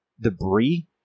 debris